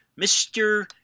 Mr